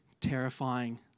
terrifying